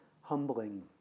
humbling